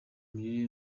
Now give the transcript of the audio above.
mirire